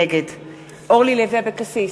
נגד אורלי לוי אבקסיס,